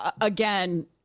Again